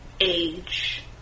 age